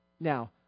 Now